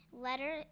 letter